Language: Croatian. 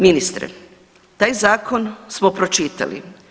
Ministre, taj zakon smo pročitali.